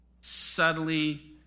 subtly